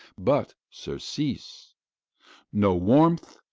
but surcease no warmth,